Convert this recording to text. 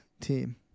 team